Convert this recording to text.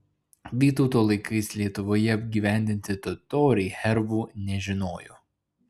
vytauto laikais lietuvoje apgyvendinti totoriai herbų nežinojo